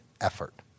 effort